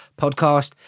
podcast